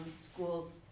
schools